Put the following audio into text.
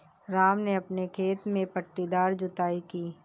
राम ने अपने खेत में पट्टीदार जुताई की